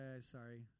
Sorry